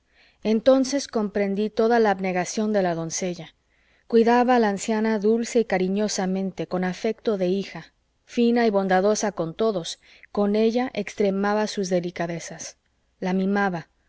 entonces comprendí toda la abnegación de la doncella cuidaba a la anciana dulce y cariñosamente con afecto de hija fina y bondadosa con todos con ella extremaba sus delicadezas la mimaba